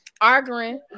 Arguing